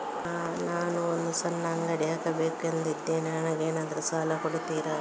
ನಾನು ಒಂದು ಸಣ್ಣ ಅಂಗಡಿ ಹಾಕಬೇಕುಂತ ಇದ್ದೇನೆ ನಂಗೇನಾದ್ರು ಸಾಲ ಕೊಡ್ತೀರಾ?